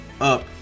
up